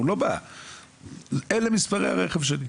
אין בעיה אלו מספרי הרכב שלי.